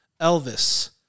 Elvis